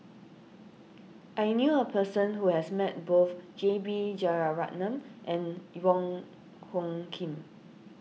I knew a person who has met both J B Jeyaretnam and Wong Hung Khim